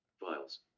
files